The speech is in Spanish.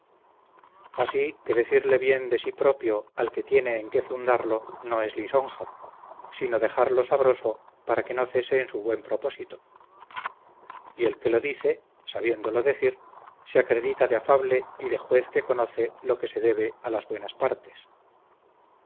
así que decirle bien de si propio al que tiene en qué fundarlo no es lisonja sino dejarlo sabroso para que no cese en su buen propósito y el que lo dice sabiéndolo decir se acredita de afable y de juez que conoce lo que se debe a las buenas partes